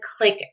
click